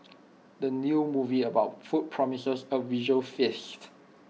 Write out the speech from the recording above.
the new movie about food promises A visual feast